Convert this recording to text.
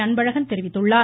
அன்பழகன் தெரிவித்துள்ளார்